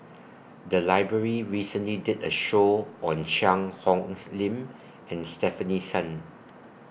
The Library recently did A Show on Cheang Hong's Lim and Stefanie Sun